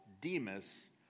Demas